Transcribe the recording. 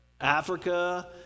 africa